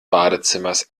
badezimmers